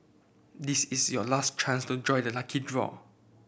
this is your last chance to join the lucky draw